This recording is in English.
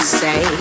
say